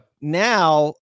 Now